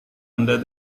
anda